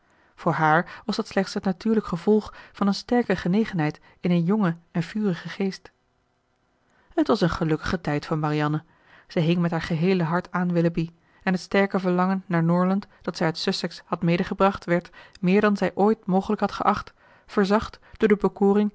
voor haar was dat slechts het natuurlijk gevolg van een sterke genegenheid in een jongen en vurigen geest het was een gelukkige tijd voor marianne zij hing met haar geheele hart aan willoughby en het sterke verlangen naar norland dat zij uit sussex had medegebracht werd meer dan zij ooit mogelijk had geacht verzacht door de